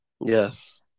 Yes